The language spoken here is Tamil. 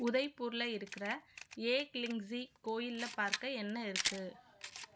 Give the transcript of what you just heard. உதய்பூரில் இருக்கிற ஏக்லிங்ஜி கோயிலில் பார்க்க என்ன இருக்குது